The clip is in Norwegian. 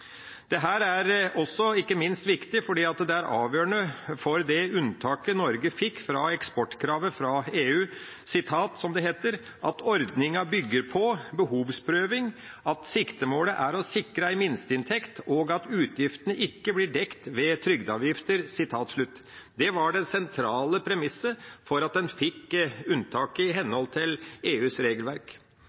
er ikke minst viktig fordi det er avgjørende for det unntaket Norge fikk fra eksportkravet fra EU, hvor det heter at «ordninga byggjer på behovsprøving, at siktemålet er å sikre ei minsteinntekt, og at utgiftene ikkje vert dekte ved trygdeavgifter». Det var det sentrale premisset for at en fikk unntak i henhold til EUs regelverk.